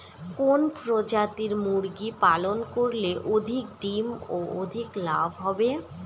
কোন প্রজাতির মুরগি পালন করলে অধিক ডিম ও অধিক লাভ হবে?